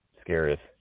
Scariest